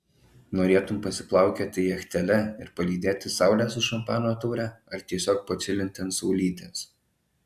norėtum pasiplaukioti jachtele ir palydėti saulę su šampano taure ar tiesiog pačilinti ant saulytės